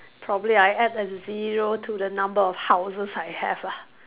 probably I add a zero to the number of houses I have lah